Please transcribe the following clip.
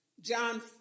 John